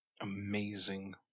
Amazing